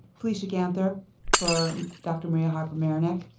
felicia ganther for dr. maria harper-marinick.